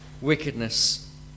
wickedness